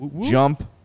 jump